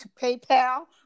PayPal